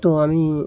তো আমি